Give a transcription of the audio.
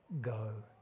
go